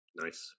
nice